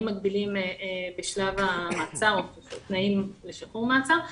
מגבילים בשלב המעצר או תנאים לשחרור ממעצר.